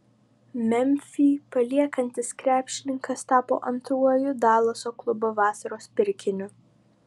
memfį paliekantis krepšininkas tapo antruoju dalaso klubo vasaros pirkiniu